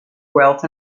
wealth